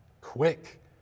quick